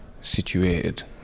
situated